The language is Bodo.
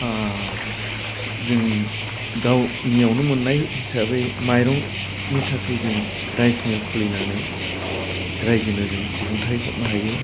आह जों गावनियावनो मोन्नाय हिसाबै माइरंनि थाखाय जों राइस मिल खुलिनानै रायजोनो जों दिहुन्थाइ हरनो हायो